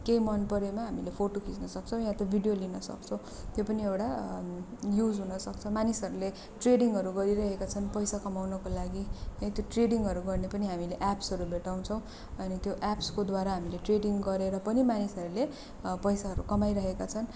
केही मन परेमा हामीले फोटो खिच्न सक्छौँ या त भिडियो लिन सक्छौँ त्यो पनि एउडा युज हुन सक्छ मानिसहरूले ट्रेडिङहरू गरिरहेका छन् पैसा कमाउनको लागि है त्यो ट्रेडिङहरू गर्न पनि हामीले एप्सहरू भेटाउँछौँ अनि त्यो एप्सकोद्वारा हामीले ट्रेडिङ गरेर पनि मानिसहरूले पैसाहरू कमाइरहेका छन्